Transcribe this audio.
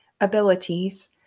abilities